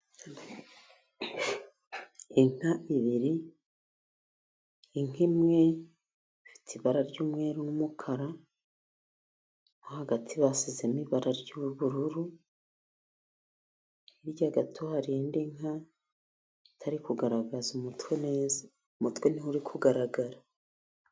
Inka ebyiri, inka imwe ifite ibara ry'umweru n'umukara, hagati basizemo ibara ry'ubururu ,hirya gato hari indi nka itari kugaragaza umutwe neza, umutwe nt'uri kugaragara.